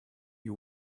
you